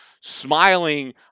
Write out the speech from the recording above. smiling